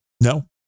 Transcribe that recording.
No